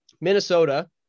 Minnesota